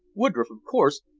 woodroffe, of course,